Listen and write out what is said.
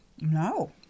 No